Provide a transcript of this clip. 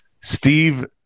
Steve